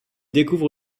découvre